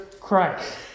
Christ